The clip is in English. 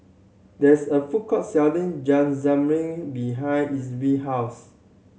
there is a food court selling behind house